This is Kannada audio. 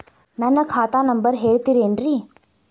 ನನ್ನ ಖಾತಾ ನಂಬರ್ ಹೇಳ್ತಿರೇನ್ರಿ?